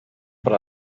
para